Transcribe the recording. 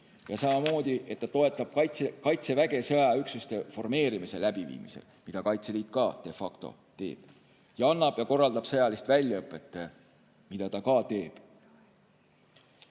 Samamoodi, et ta toetab Kaitseväge sõjaaja üksuste formeerimise läbiviimisel, mida Kaitseliitde factoteeb, ning annab ja korraldab sõjalist väljaõpet, mida ta ka teeb.